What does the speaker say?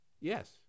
Yes